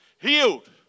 healed